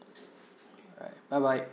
alright bye bye